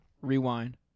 rewind